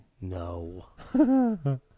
No